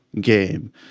game